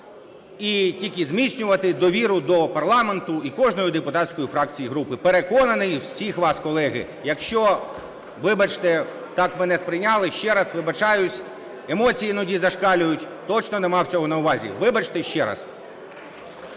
і тільки зміцнювати довіру до парламенту і кожної депутатської фракції і групи. Переконаний, всіх вас… Колеги, якщо, вибачте, так мене сприйняли, ще раз вибачаюсь. Емоції іноді зашкалюють. Точно не мав цього на увазі. Вибачте ще раз.